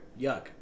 Yuck